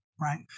right